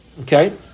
Okay